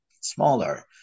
smaller